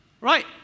right